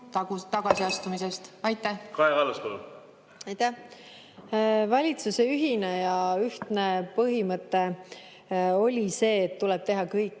tagasiastumisest? Kaja Kallas, palun! Aitäh! Valitsuse ühine ja ühtne põhimõte oli see, et tuleb teha kõik,